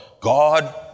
God